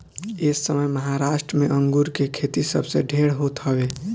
एसमय महाराष्ट्र में अंगूर के खेती सबसे ढेर होत हवे